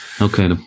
Okay